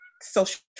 social